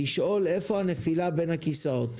לשאול איפה הנפילה בין הכסאות,